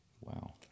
Wow